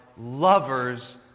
lovers